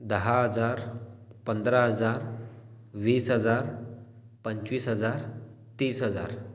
दहा हजार पंधरा हजार वीस हजार पंचवीस हजार तीस हजार